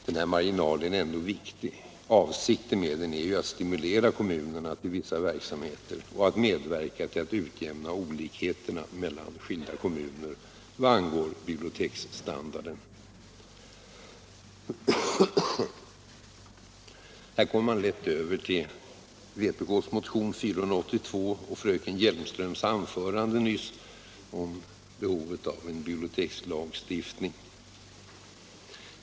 Denna marginal är ändå viktig — avsikten med den är att stimulera kommunerna till vissa verksamheter och att medverka till att utjämna olikheterna mellan skilda kommuner vad angår biblioteksstandarden. Här kommer man lätt över till vpk:s motion 482 och fröken Hjelmströms anförande nyss om behovet av en bibliotekslagstiftning.